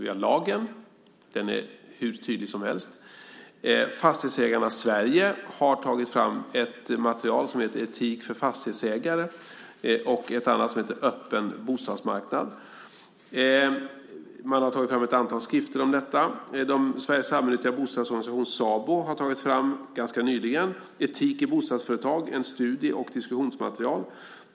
Vi har lagen. Den är hur tydlig som helst. Fastighetsägarna Sverige har tagit fram ett material som heter Etik för fastighetsägare och ett annat som heter Öppen bostadsmarknad . Man har tagit fram ett antal skrifter om detta. Sveriges allmännyttiga bostadsorganisation SABO har ganska nyligen tagit fram Etik i bostadsföretag , ett studie och diskussionsmaterial.